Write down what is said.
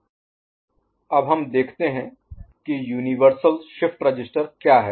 SH ShiftQG Shift'H अब हम देखते हैं कि यूनिवर्सल शिफ्ट रजिस्टर क्या है